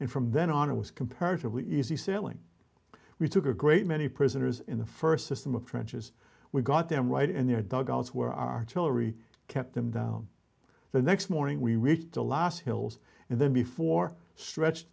and from then on it was comparatively easy sailing we took a great many prisoners in the st system of trenches we got them right in their dug outs where artillery kept them down the next morning we reached the last hills and then before stretch